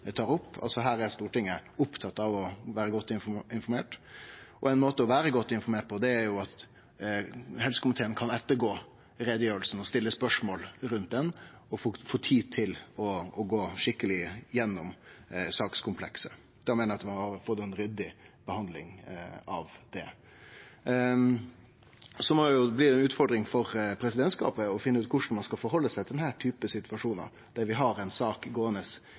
tar opp, at her er Stortinget opptatt av å vere godt informert. Ein måte å vere godt informert på er at helsekomiteen kan ettergå utgreiinga, stille spørsmål og få tid til å gå skikkeleg gjennom sakskomplekset. Da meiner eg at ein hadde fått ei ryddig behandling. Så blir det ei utfordring for presidentskapet å finne ut korleis ein skal ta stilling til denne typen situasjonar, der vi har ei sak gåande